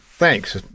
Thanks